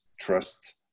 trust